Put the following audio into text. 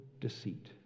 deceit